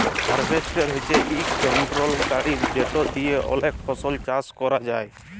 harvester হছে ইকট যলত্র গাড়ি যেট দিঁয়ে অলেক ফসল চাষ ক্যরা যায়